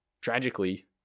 tragically